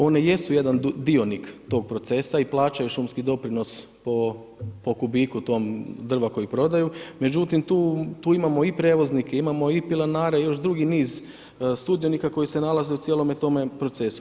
One jesu jedan dionik tog procesa i plaćaju šumski doprinos po kubiku tom drva koji prodaju, međutim, tu imamo i prijevoznike, imamo i plinare i još dugi niz sudionika, koji se nalaze u cijelome tome procesu.